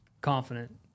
confident